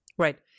Right